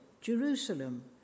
Jerusalem